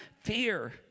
fear